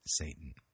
Satan